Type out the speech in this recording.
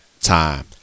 time